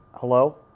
Hello